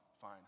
fine